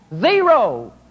zero